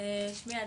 שמי עדי,